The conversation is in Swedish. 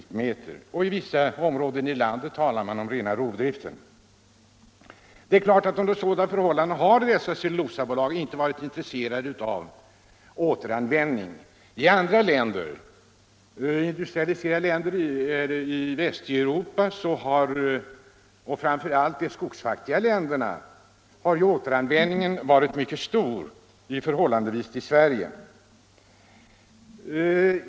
I vissa områden i landet talar man om rena rovdriften. Det är klart att cellulosabolagen under sådana förhållanden inte har varit intresserade av återanvändning. I andra industrialiserade länder i Västeuropa — framför allt i de skogfattiga länderna — har återanvändningen varit mycket stor i jämförelse med situationen i Sverige.